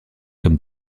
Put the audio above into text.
comme